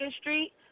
street